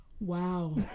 Wow